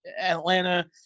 Atlanta